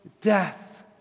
death